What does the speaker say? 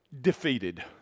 defeated